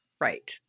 Right